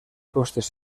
costes